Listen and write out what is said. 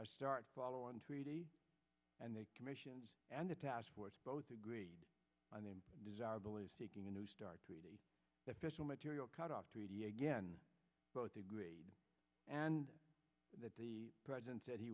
start follow on treaty and the commissions and the task force both agreed on them desirable is seeking a new start treaty the fissile material cut off treaty again both agreed and that the president said he